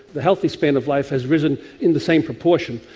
the healthy span of life has risen in the same proportion.